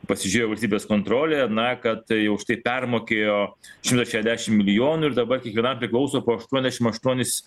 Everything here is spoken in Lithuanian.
pasižiūrėjo valstybės kontrolė na kad tai už tai permokėjo šimtas šešdiašim milijonų dabar yra priklauso po aštuoniadešim aštuonis